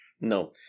no